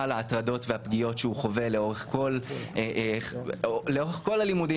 ההטרדות והפגיעות שהוא חווה לאורך כל תקופת הלימודים.